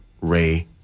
Ray